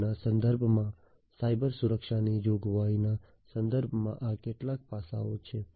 IIoT ના સંદર્ભમાં cyber સુરક્ષાની જોગવાઈના સંદર્ભમાં આ કેટલાક પડકારો છે